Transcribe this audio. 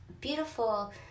Beautiful